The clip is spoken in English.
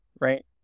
right